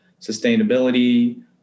sustainability